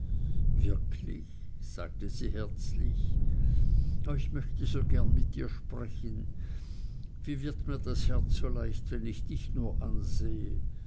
wirklich sagte sie herzlich ich möchte so gerne mit dir sprechen wie wird mir das herz so leicht wenn ich dich nur ansehe